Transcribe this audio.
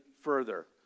further